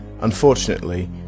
Unfortunately